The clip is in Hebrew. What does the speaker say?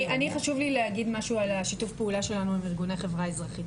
חשוב לי להגיד משהו על שיתוף הפעולה שלנו עם ארגוני החברה האזרחית.